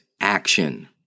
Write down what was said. action